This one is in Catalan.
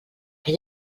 que